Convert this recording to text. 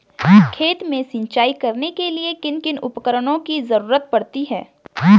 खेत में सिंचाई करने के लिए किन किन उपकरणों की जरूरत पड़ती है?